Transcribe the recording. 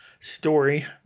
story